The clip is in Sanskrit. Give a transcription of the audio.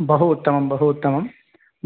बहु उत्तमं बहु उत्तमं